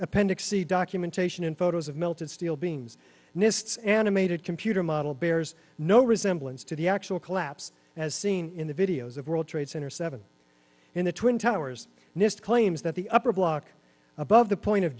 appendix c documentation and photos of melted steel beams mists animated computer model bears no resemblance to the actual collapse as seen in the videos of world trade center seven in the twin towers nist claims that the upper block above the point of